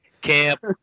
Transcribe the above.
Camp